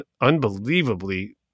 unbelievably